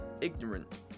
ignorant